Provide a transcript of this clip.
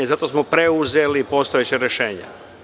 Zato smo preuzeli postojeća rešenja.